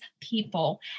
people